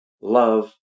love